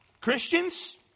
Christians